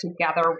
together